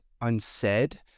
unsaid